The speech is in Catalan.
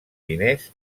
diners